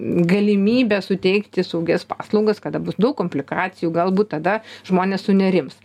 galimybę suteikti saugias paslaugas kada bus daug komplikacijų galbūt tada žmonės sunerims